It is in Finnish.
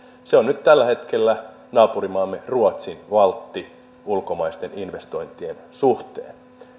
se on tällä hetkellä naapurimaamme ruotsin valtti ulkomaisten investointien suhteen